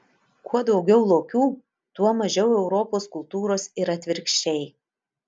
kuo daugiau lokių tuo mažiau europos kultūros ir atvirkščiai